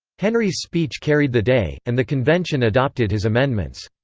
henry's speech carried the day, and the convention adopted his amendments.